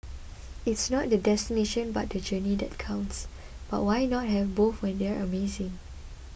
it's not the destination but the journey that counts but why not have both when they're amazing